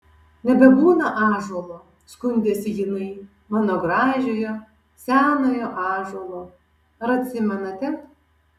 nebebūna ąžuolo skundėsi jinai mano gražiojo senojo ąžuolo ar atsimenate